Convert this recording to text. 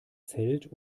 zelt